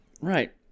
Right